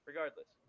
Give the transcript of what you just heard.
Regardless